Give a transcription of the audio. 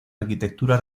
arquitectura